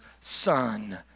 son